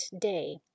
day